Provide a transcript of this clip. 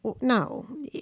no